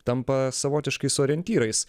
tampa savotiškais orientyrais